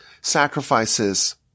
sacrifices